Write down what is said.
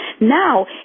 Now